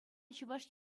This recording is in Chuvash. чӑваш